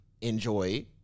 enjoy